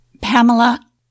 Pamela